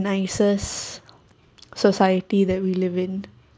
nicest society that we live in